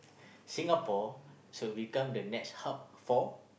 Singapore should become the next hub for